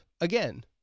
again